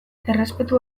errespetu